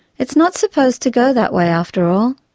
it's not supposed to go that way, after all.